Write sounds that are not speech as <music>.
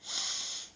<noise>